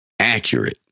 accurate